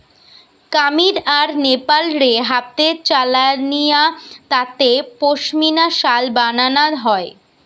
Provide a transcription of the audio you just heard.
কামীর আর নেপাল রে হাতে চালানিয়া তাঁতে পশমিনা শাল বানানা হয়